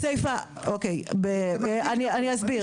אוקיי אני אסביר.